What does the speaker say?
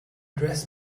dress